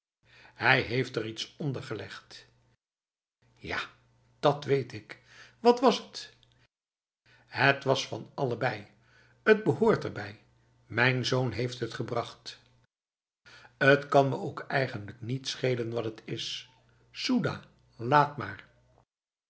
hij heeft er iets onder gelegd ja dat weet ik wat was het het was van allerlei t behoort erbij mijn zoon heeft het gebracht t kan me ook eigenlijk niet schelen wat het is soedah laat maar